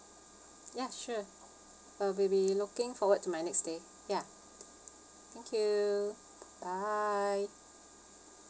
ya sure will be be looking forward to my next stay ya thank you bye